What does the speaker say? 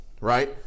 right